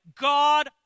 God